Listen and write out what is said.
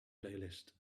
playlist